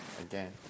again